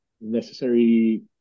necessary